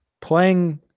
playing